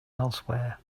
elsewhere